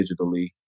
digitally